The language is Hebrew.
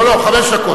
לא, לא, חמש דקות.